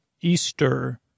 Easter